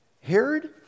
Herod